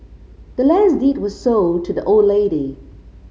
the land's deed was sold to the old lady